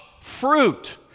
fruit